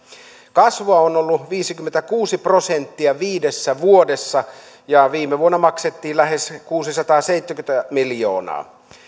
kasvua on ollut viisikymmentäkuusi prosenttia viidessä vuodessa ja viime vuonna maksettiin lähes kuusisataaseitsemänkymmentä miljoonaa